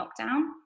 lockdown